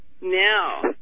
Now